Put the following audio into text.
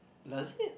does it